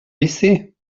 laisser